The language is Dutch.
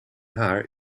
haar